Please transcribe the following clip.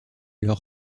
leur